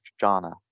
jhana